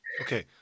okay